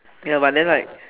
ya but than like